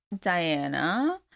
Diana